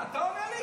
מה, אתה עונה לי?